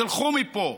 תלכו מפה.